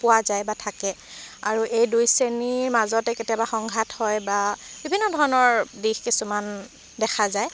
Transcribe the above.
পোৱা যায় বা থাকে আৰু এই দুই শ্ৰেণীৰ মাজতে কেতিয়াবা সংঘাত হয় বা বিভিন্ন ধৰণৰ দিশ কিছুমান দেখা যায়